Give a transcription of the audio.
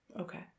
Okay